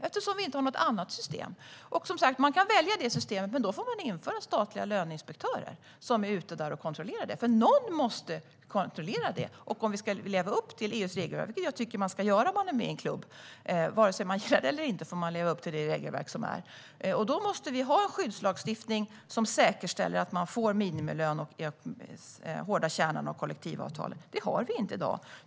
Vi har ju heller inget annat system. Man kan som sagt välja detta system, men då får man införa statliga löneinspektörer som är ute och gör kontroller, för någon måste kontrollera detta. Om vi ska leva upp till EU:s regelverk, vilket jag tycker att vi ska göra - om man är med i en klubb bör man leva upp till det regelverk som finns, oavsett om man gillar det eller inte - måste vi ha en skyddslagstiftning som säkerställer att de anställda får minimilön och den hårda kärnan av kollektivavtalet. Det har vi inte i dag.